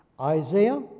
Isaiah